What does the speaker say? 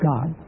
God